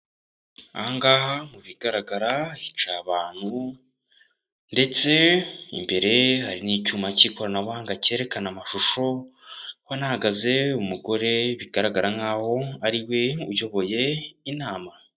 Ahangaha mu bigaragara hica abantu ndetse imbere hari n'icyuma cy'ikoranabuhanga cyerekana amashusho. Ubona hahagaze umugore bigaragara nkaho ariwe uyoboye inama.